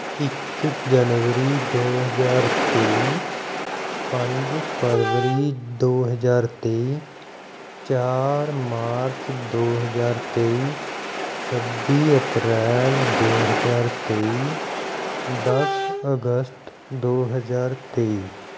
ਇੱਕ ਜਨਵਰੀ ਦੋ ਹਜ਼ਾਰ ਤੇਈ ਪੰਜ ਫਰਵਰੀ ਦੋ ਹਜ਼ਾਰ ਤੇਈ ਚਾਰ ਮਾਰਚ ਦੋ ਹਜ਼ਾਰ ਤੇਈ ਛੱਬੀ ਅਪ੍ਰੈਲ ਦੋ ਹਜ਼ਾਰ ਤੇਈ ਦਸ ਅਗਸਤ ਦੋ ਹਜ਼ਾਰ ਤੇਈ